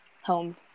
Home